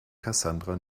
cassandra